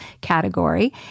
category